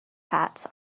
hats